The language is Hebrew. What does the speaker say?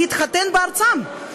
להתחתן בארצם.